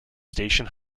station